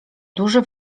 duży